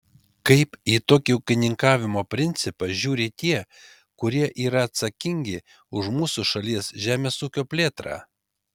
kaip į tokį ūkininkavimo principą žiūri tie kurie yra atsakingi už mūsų šalies žemės ūkio plėtrą